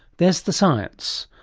there's the science.